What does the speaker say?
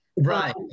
Right